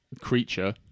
creature